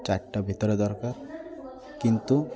ଚାରିଟା ଭିତରେ ଦରକାର କିନ୍ତୁ